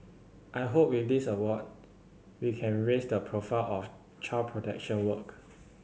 I hope with this award we can raise the profile of child protection work